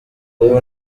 ubu